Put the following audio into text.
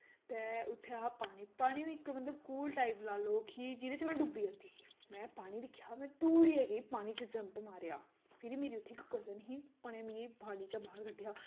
ते उत्थै हा पानी पानी बी मतलब कूह्ल टाइप जेह्दे च में डुब्बी जंदी ही में पानी दिक्खेआ में दौड़ियै गेई पानी त जंप मारेआ फिर उत्थै मेरी इक कजन बी उ'नें मिगी पानी चा बाह्र कड्ढेआ